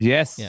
Yes